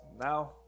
Now